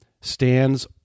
stands